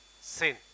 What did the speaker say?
sin